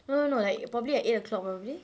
no no no like probably at eight o'clock probably